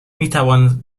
میتوان